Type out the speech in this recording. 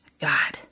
God